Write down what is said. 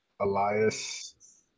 Elias